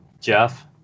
Jeff